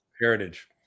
heritage